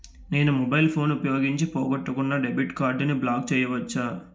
నేను mobile phone ఉపయోగించి పోగొట్టుకున్న డెబిట్ కార్డ్ని బ్లాక్ చేయవచ్చా?